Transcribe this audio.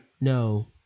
No